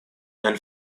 and